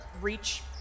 reach